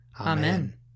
Amen